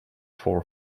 for